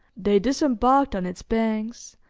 they disembarked on its banks,